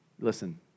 Listen